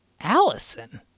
Allison